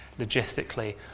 logistically